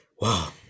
Wow